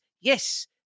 Yes